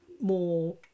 more